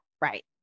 right